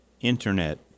internet